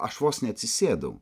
aš vos neatsisėdau